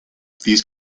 these